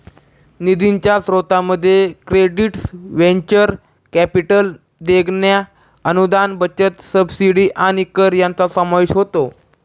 निधीच्या स्त्रोतांमध्ये credits venture capital देणग्या अनुदान बचत सबसिडी आणि कर यांचा समावेश होतो